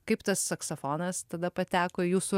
kaip tas saksofonas tada pateko į jūsų